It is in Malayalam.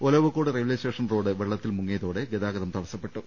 ഒലവക്കോട് റെയിൽവേ സ്റ്റേഷൻ റോഡ് വെള്ളത്തിൽ മുങ്ങിയതോടെ ഗതാ ഗതം തടസ്സപ്പെട്ടു